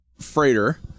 freighter